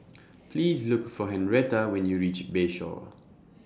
Please Look For Henretta when YOU REACH Bayshore